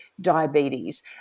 diabetes